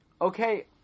Okay